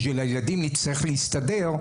בשביל הילדים נצטרך להסתדר.